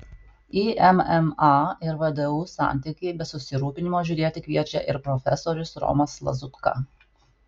į mma ir vdu santykį be susirūpinimo žiūrėti kviečia ir profesorius romas lazutka